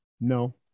No